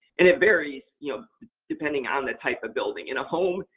and it varies you know depending on the type of building. in a home,